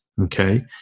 okay